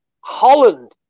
Holland